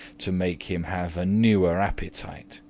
to make him have a newer appetite.